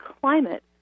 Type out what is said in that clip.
climate